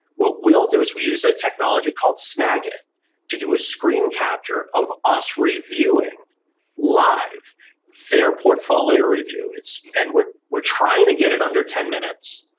what we'll do is we use a technology called snagit to do a screen capture of us reviewing live their portfolio review and we're we're trying to get it under ten minutes.